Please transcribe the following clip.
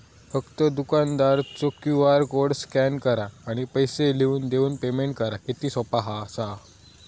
फक्त दुकानदारचो QR code scan करा आणि पैसे लिहून देऊन पेमेंट करा किती सोपा असा